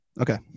Okay